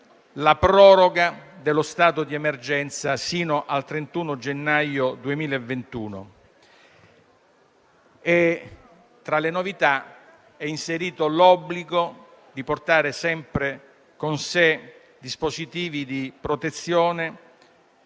la proroga dello stato di emergenza sino al 31 gennaio 2021. Tra le novità, è inserito l'obbligo di portare sempre con sé dispositivi di protezione